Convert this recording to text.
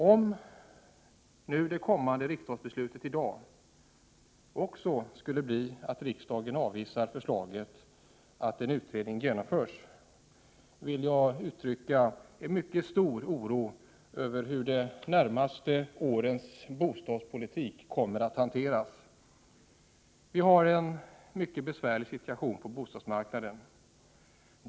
Om det kommande riksdagsbeslutet i dag också skulle bli att riksdagen avvisar förslaget att en utredning genomförs, vill jag uttrycka en mycket stor oro över hur de närmaste årens bostadspolitik kommer att hanteras. Vi har en mycket besvärlig situation på bostadsmarknaden.